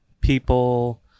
people